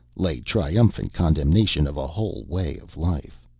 lay triumphant condemnation of a whole way of life.